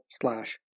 slash